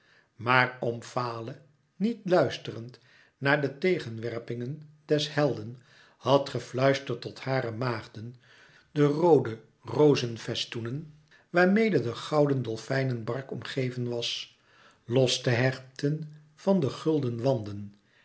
maar omfale niet luisterend naar de tegenwerpingen des helden had gefluisterd tot hare maagden de roode rozenfestoenen waarmede de gouden dolfijnenbark omgeven was los te hechten van de gulden wanden